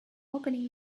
opening